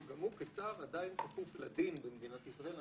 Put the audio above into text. שגם הוא כשר עדיין כפוף לדין במדינת ישראל.